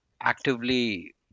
actively